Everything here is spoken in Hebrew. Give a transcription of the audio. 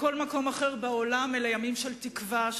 בכל מקום אחר בעולם אלה ימים של תקווה,